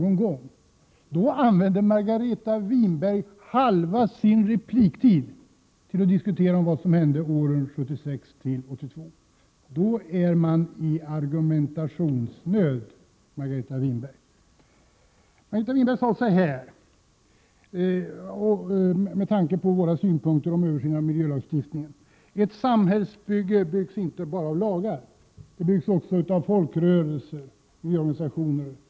Och ändå använder Margareta Winberg halva sin repliktid till att diskutera vad som hände år 1976—1982. Då är man i argumentationsnöd! Margareta Winberg sade vidare, med tanke på våra synpunkter om översyn av miljölagstiftningen, att ett samhälle inte byggs bara av lagar utan också av folkrörelser, organisationer etc.